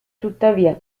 tuttavia